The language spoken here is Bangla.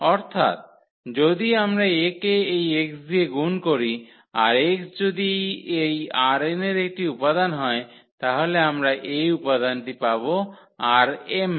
অর্থাৎ যদি আমরা 𝐴 কে এই x দিয়ে গুণ করি আর x যদি এই ℝn এর একটি উপাদান হয় তাহলে আমরা a উপাদানটি পাব ℝm এ